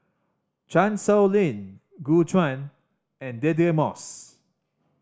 Chan Sow Lin Gu Juan and Deirdre Moss